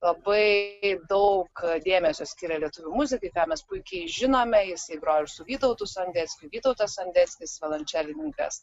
labai daug dėmesio skiria lietuvių muzikai ką mes puikiai žinome jis įgrojo su vytautu sondeckiu vytautas sondeckis violančelininkas